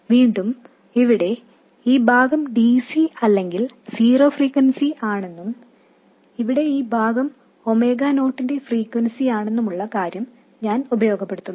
വീണ്ടും ഇവിടെ ഈ ഭാഗം dc അല്ലെങ്കിൽ സീറോ ഫ്രീക്വൻസി ആണെന്നും ഇവിടെ ഈ ഭാഗം ഒമേഗ നോട്ടിന്റെ ഫ്രീക്വെൻസിയാണെന്നുമുള്ള കാര്യം ഞാൻ ഉപയോഗപ്പെടുത്തുന്നു